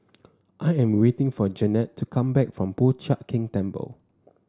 I am waiting for Jannette to come back from Po Chiak Keng Temple